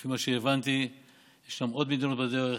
לפי מה שהבנתי יש שם עוד מדינות בדרך.